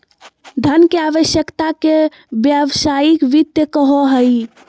धन के आवश्यकता के व्यावसायिक वित्त कहो हइ